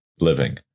living